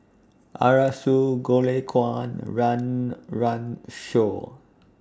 Arasu Goh Lay Kuan Run Run Shaw